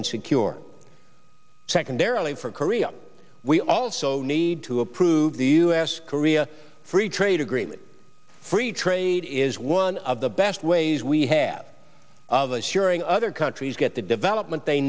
and secure secondarily for korea we also need to approve the u s korea free trade agreement free trade is one of the best ways we have of assuring other countries get the development they